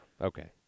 Okay